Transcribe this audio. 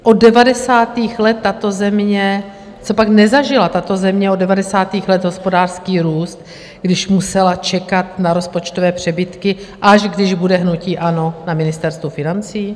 Od devadesátých let tato země copak nezažila tato země od devadesátých let hospodářský růst, když musela čekat na rozpočtové přebytky, až když bude hnutí ANO na Ministerstvu financí?